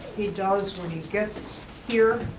he does when he gets here.